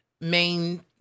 main